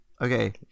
okay